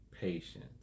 patience